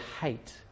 hate